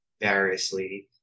variously